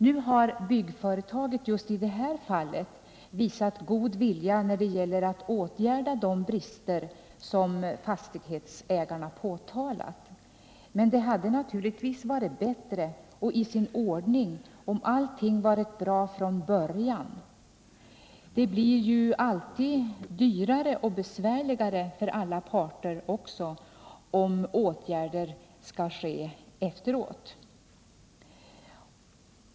Nu har byggföretaget just i det här fallet visat god vilja när det gäller att åtgärda de brister som fastighetsägarna påtalat, men det hade naturligtvis varit bättre och bara i sin ordning om allting från början varit bra. Det blir ju också alltid dyrare och besvärligare för alla parter, om åtgärder skall vidtas i efterhand.